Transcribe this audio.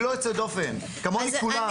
כמוני, כולם.